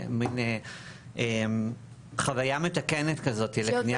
שזו מין חוויה מתקנת כזו לקניית בגדים.